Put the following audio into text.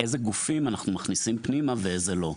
איזה גופים אנחנו מכניסים פנימה ואיזה לא.